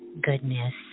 goodness